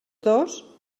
dos